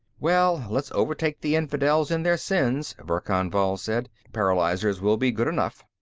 well, let's overtake the infidels in their sins, verkan vall said. paralyzers will be good enough.